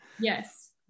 Yes